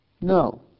No